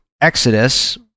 exodus